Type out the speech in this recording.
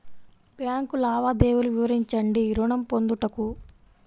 Bank లావాదేవీలు వివరించండి ఋణము పొందుటకు?